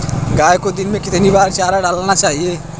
गाय को दिन में कितनी बार चारा डालना चाहिए?